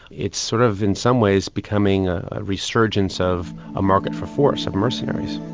it's sort of in some ways becoming a resurgence of a market for force of mercenaries.